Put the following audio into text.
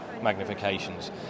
magnifications